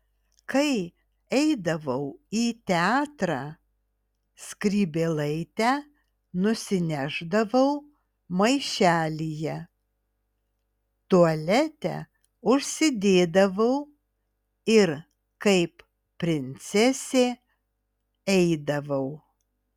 kai eidavau į teatrą skrybėlaitę nusinešdavau maišelyje tualete užsidėdavau ir kaip princesė eidavau